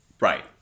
right